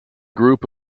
group